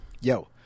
Yo